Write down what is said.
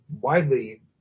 widely